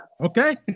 Okay